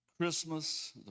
Christmas